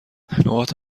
نقاط